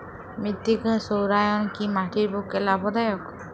মৃত্তিকা সৌরায়ন কি মাটির পক্ষে লাভদায়ক?